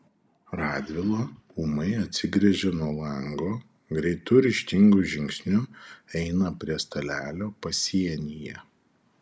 radvila ūmai atsigręžia nuo lango greitu ryžtingu žingsniu eina prie stalelio pasienyje